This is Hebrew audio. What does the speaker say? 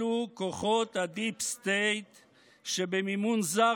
חבורה של כלומניקים שלא יודעים לשלוט.